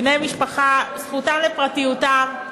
בני משפחה, זכותם לפרטיותם.